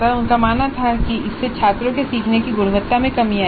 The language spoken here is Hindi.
उनका मानना था कि इससे छात्रों के सीखने की गुणवत्ता में कमी आएगी